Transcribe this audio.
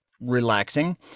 relaxing